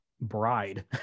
bride